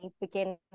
begin